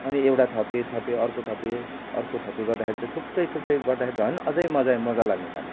अनि एउटा थपेँ थपेँ अर्को थपे अर्को थपेँ गर्दाखेरि त थुप्रै गर्दाखेरि त झन् अझै मजा मजा लाग्नु थाल्यो